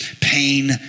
Pain